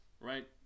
Right